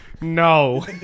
No